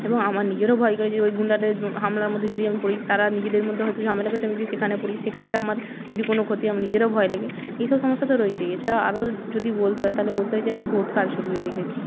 এবং আমার নিজেরও ভয় করে যে ওই গুণ্ডাদের হামলার মধ্যে যদি আমি পড়ি তারা নিজেদের মধ্যে হয়তো ঝামেলা করছে আমি যদি সেখানে পড়ি সেক্ষেত্রে আমার যদি কোনও ক্ষতি হয় আমার নিজেরও ভয় লাগে এইসব সমস্যা তো রয়েছেই এছাড়াও আরও যদি বলতে হয় তাহলে বলতে হয় যে আমি ভোট কারচুপিও দেখেছি